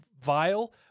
vile